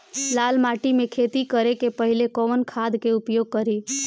लाल माटी में खेती करे से पहिले कवन खाद के उपयोग करीं?